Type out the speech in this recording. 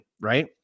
right